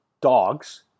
dogs